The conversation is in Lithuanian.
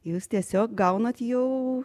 jūs tiesiog gaunat jau